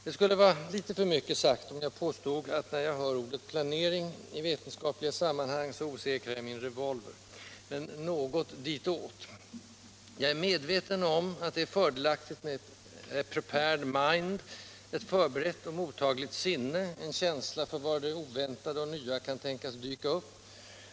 Det skulle vara litet för mycket sagt om jag påstod att när jag hör ordet ”planering” i vetenskapliga sammanhang så osäkrar jag min revolver, men det är något ditåt. Jag är medveten om att det är fördelaktigt med ”a prepared mind” — ett förberett och mottagligt sinne, en känsla för var det oväntade och nya kan tänkas dyka upp.